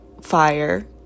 fire